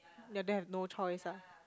your dad have no choice ah